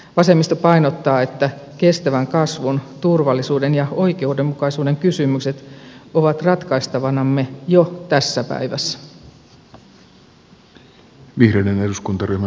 vasemmisto painottaa että kestävän kasvun turvallisuuden ja oikeudenmukaisuuden kysymykset ovat ratkaistavinamme jo tässä päivässä